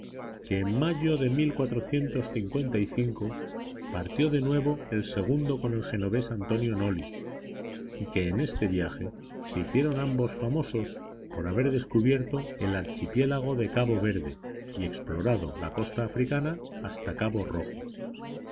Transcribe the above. que en mayo de partió de nuevo el segundo con el genovés antonio noli y que en este viaje se hicieron ambos famosos por haber descubierto el archipiélago de cabo verde y explorado la costa africana hasta cabo rojo